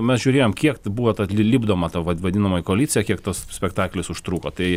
mes žiūrėjom kiekt buvo ta lipdoma vadinamoji koalicija kiek tas spektaklis užtruko tai